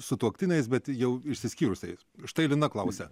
sutuoktiniais bet jau išsiskyrusiais štai lina klausia